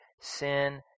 sin